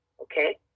Okay